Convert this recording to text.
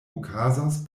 okazas